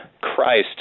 Christ